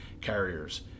carriers